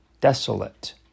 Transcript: desolate